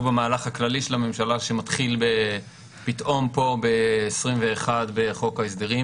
של המהלך הכללי של הממשלה שמתחיל פה פתאום ב-2021 בחוק ההסדרים,